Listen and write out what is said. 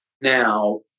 now